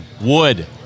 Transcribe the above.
Wood